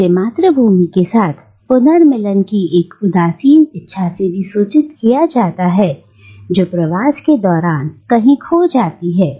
इसे मातृभूमि के साथ पुनर्मिलन की एक उदासीन इच्छा से भी सूचित किया जाता है जो प्रवास के दौरान कहीं खो जाती है